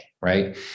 right